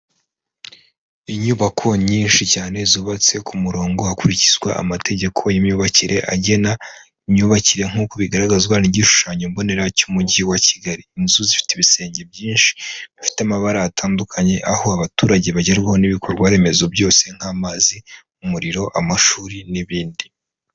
Inyubako nyinshi cyane zubatse ku murongo hakurikizwa amategeko y'imyubakire agena imyubakire nk'uko bigaragazwa n'igishushanyo mbonera cy'umujyi wa Kigali. Inzu zifite ibisenge byinshi bifite amabara atandukanye, aho abaturage bagerwaho n'ibikorwa remezo byose nk'amazi, umuriro, amashuri n'ibindi.